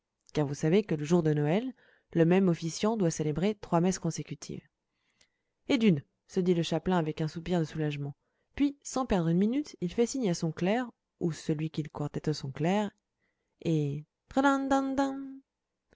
car vous savez que le jour de noël le même officiant doit célébrer trois messes consécutives et d'une se dit le chapelain avec un soupir de soulagement puis sans perdre une minute il fait signe à son clerc ou celui qu'il croit être son clerc et